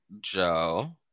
Joe